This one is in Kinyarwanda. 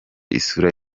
isura